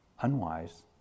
unwise